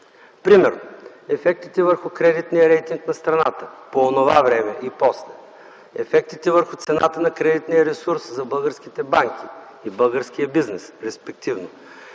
Примерно: ефектите върху кредитния рейтинг на страната по онова време и после; ефектите върху цената на кредитния ресурс за българските банки и българския бизнес, респективно;